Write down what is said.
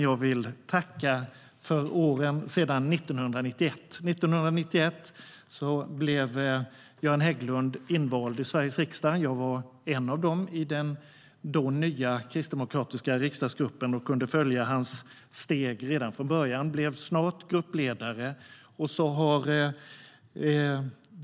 Jag vill tacka för åren sedan 1991. År 1991 blev Göran Hägglund invald i Sverige riksdag. Jag var en av dem i den då nya kristdemokratiska riksdagsgruppen och kunde följa hans steg redan från början. Han blev snart gruppledare.